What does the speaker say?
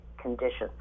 conditions